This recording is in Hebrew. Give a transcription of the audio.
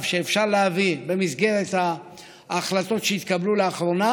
שאפשר להביא במסגרת ההחלטות שהתקבלו לאחרונה,